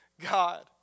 God